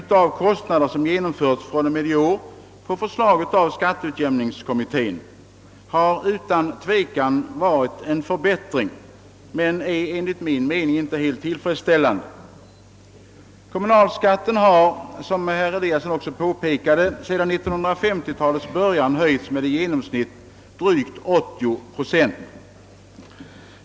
Den kostnadsutjämning som på förslag av skatteutjämningskommittén genomförts från och med i år har utan tvivel inneburit en förbättring, men den är enligt min mening inte helt tillfredsställande. Som herr Eliasson i Sundborn påpekade har skatten sedan 1950-talets början höjts med genomsnittligt drygt 80 procent.